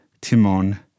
Timon